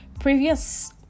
previous